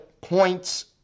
points